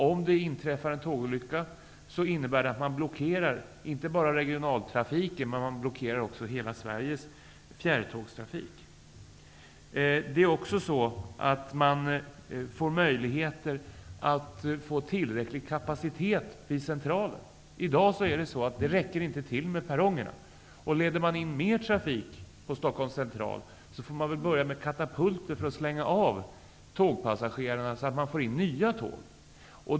Om det inträffar en tågolycka i dag innebär det att man inte bara blockerar regionaltrafiken, man blockerar också hela Förslaget ger också möjligheter att få tillräcklig kapacitet vid Centralen. I dag räcker inte perrongerna till. Leder man in mer trafik på Stockholms central får man väl börja med katapulter för att slänga av tågpassagerarna, så att man får in nya tåg.